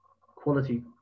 quality